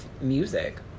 music